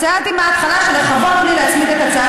ציינתי בהתחלה שלכבוד לי להצמיד את הצעת